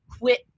Quit